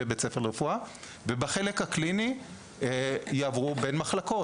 ובחלק הקליני הם יעברו בין מחלקות.